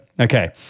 Okay